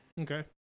Okay